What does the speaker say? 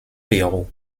pérou